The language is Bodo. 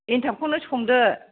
एन्थाबखौनो संदो